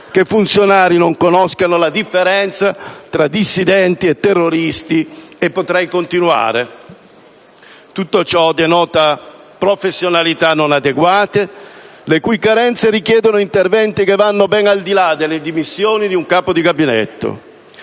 che funzionari non conoscano la differenza tra dissidenti e terroristi, e potrei continuare. Tutto ciò denota professionalità non adeguate, le cui carenze richiedono interventi che vanno ben al di là delle dimissioni di un capo di gabinetto.